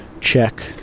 check